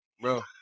bro